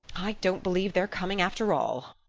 i don't believe they're coming after all,